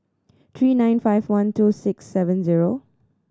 three nine five one two six seven zero